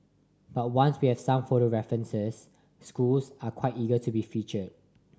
but once we have some photo references schools are quite eager to be featured